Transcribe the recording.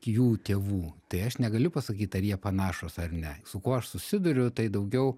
jų tėvų tai aš negaliu pasakyt ar jie panašūs ar ne su kuo aš susiduriu tai daugiau